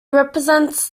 represents